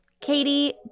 Katie